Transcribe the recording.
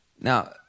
Now